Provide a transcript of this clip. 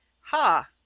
Ha